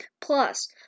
plus